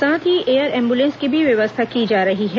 साथ ही air ambulance की भी व्यवस्था की जा रही है